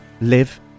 live